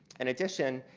in addition,